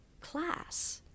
class